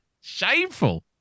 Shameful